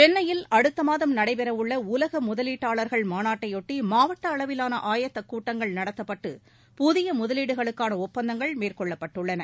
சென்னையில் அடுத்த மாதம் நடைபெறவுள்ள உலக முதலீட்டாளர்கள் மாநாட்டை ஒட்டி மாவட்ட அளவிலான ஆயத்தக் கூட்டங்கள் நடத்தப்பட்டு புதிய முதலீடுகளுக்கான ஒப்பந்தங்கள் மேற்கொள்ளப்பட்டுள்ளன